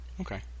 Okay